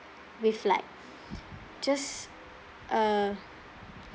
with like just uh